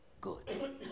good